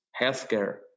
healthcare